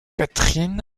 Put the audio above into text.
catherine